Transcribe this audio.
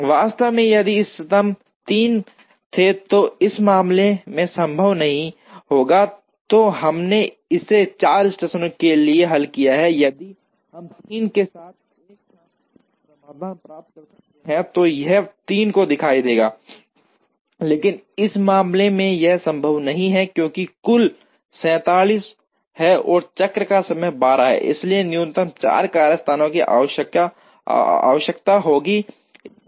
वास्तव में यदि इष्टतम 3 थे जो इस मामले में संभव नहीं है तो हमने इसे 4 स्टेशनों के लिए हल किया यदि हम 3 के साथ एक समाधान प्राप्त कर सकते हैं तो यह 3 को दिखाएगा लेकिन इस मामले में यह संभव नहीं है क्योंकि कुल 47 है और चक्र का समय 12 है इसलिए न्यूनतम 4 कार्यस्थानों की आवश्यकता होती है